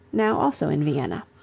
now also in vienna.